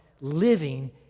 living